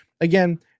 again